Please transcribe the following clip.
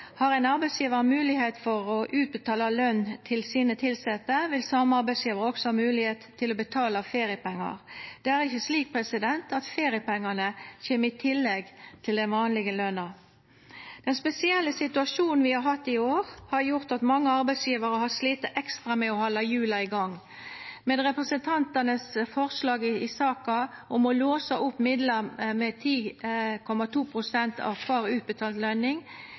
Har ein arbeidsgjevar moglegheit for å utbetala løn til sine tilsette, vil den same arbeidsgjevaren også ha moglegheit til å betala feriepengar. Det er ikkje slik at feriepengane kjem i tillegg til den vanlege løna. Den spesielle situasjonen vi har hatt i år, har gjort at mange arbeidsgjevarar har slite ekstra med å halda hjula i gang. Med representantanes forslag i saka om å låsa opp midlar med 10,2 pst. av kvar utbetalt